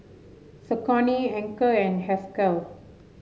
Saucony Anchor and Herschel